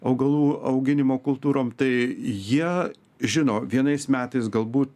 augalų auginimo kultūrom tai jie žino vienais metais galbūt